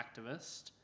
activist